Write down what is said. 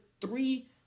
three